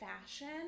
fashion